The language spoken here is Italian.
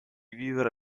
vivere